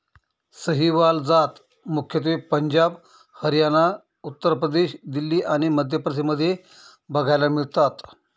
सहीवाल जात मुख्यत्वे पंजाब, हरियाणा, उत्तर प्रदेश, दिल्ली आणि मध्य प्रदेश मध्ये बघायला मिळतात